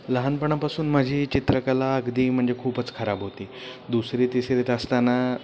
लहानपणापासून माझी चित्रकला अगदी म्हणजे खूपच खराब होती दुसरी तिसरीत असताना